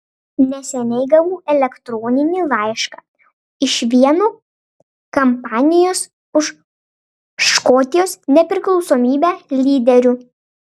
neseniai gavau elektroninį laišką iš vieno kampanijos už škotijos nepriklausomybę lyderių